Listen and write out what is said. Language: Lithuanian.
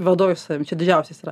vadovui su savim čia didžiausias yra